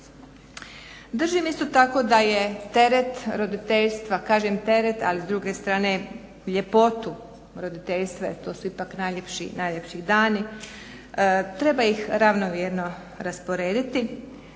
Držim isto tako da je teret roditeljstva, kažem teret ali s druge strane ljepotu roditeljstva jer to su ipak najljepši dani, treba ih ravnomjerno rasporediti.